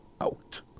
out